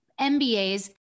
MBAs